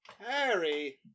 Harry